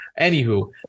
anywho